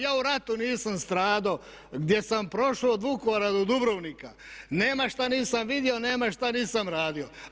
Ja u ratu nisam strado gdje sam prošo od Vukovara do Dubrovnika, nema šta nisam vidio, nema šta šta nisam radio.